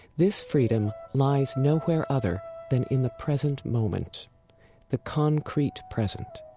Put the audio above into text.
this freedom lies nowhere other than in the present moment the concrete present,